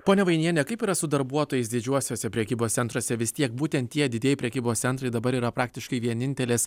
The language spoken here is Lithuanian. ponia vainiene kaip yra su darbuotojais didžiuosiuose prekybos centruose vis tiek būtent tie didieji prekybos centrai dabar yra praktiškai vienintelės